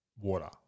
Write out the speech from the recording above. water